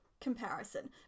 comparison